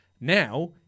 now